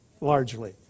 largely